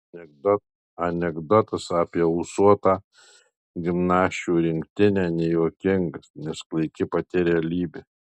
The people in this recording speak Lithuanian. anekdotas apie ūsuotą gimnasčių rinktinę nejuokingas nes klaiki pati realybė